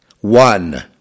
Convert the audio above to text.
one